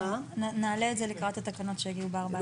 נעלה את זה לקראת התקנות שיגיעו בארבע עשרה.